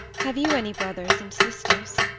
have you any brothers and sisters?